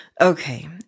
Okay